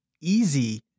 easy